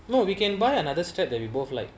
no we can buy another strap that we both like